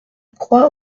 croix